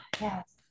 yes